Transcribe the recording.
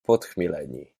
podchmieleni